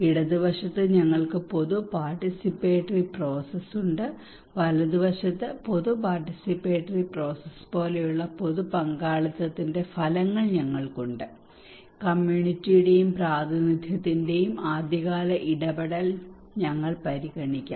ഇടത് വശത്ത് ഞങ്ങൾക്ക് പൊതു പാർട്ടിസിപ്പേറ്ററി പ്രോസസ്സ് ഉണ്ട് വലതുവശത്ത് പൊതു പാർട്ടിസിപ്പേറ്ററി പ്രോസസ്സ് പോലെയുള്ള പൊതു പങ്കാളിത്തത്തിന്റെ ഫലങ്ങൾ ഞങ്ങൾക്കുണ്ട് കമ്മ്യൂണിറ്റിയുടെയും പ്രാതിനിധ്യത്തിന്റെയും ആദ്യകാല ഇടപെടൽ ഞങ്ങൾ പരിഗണിക്കാം